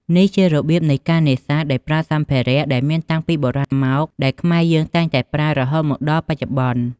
នេះជារបៀបនៃការនេសាទដោយប្រើសម្ភារៈដែលមានតាំងពីបុរាណមកដែលខ្នែរយើងតែងតែប្រើរហូតមកដល់បច្ចុប្បន្នុ។